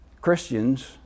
Christians